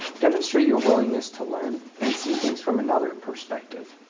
demonstrate your willingness to learn, and see things from another perspective.